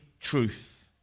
truth